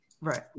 Right